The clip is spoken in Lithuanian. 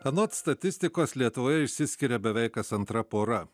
anot statistikos lietuvoje išsiskiria beveik kas antra pora